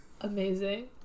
Amazing